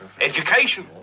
education